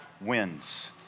wins